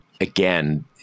again